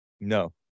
no